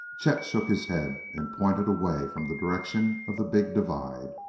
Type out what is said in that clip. chet shook his head and pointed away from the direction of the big divide,